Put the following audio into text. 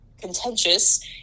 contentious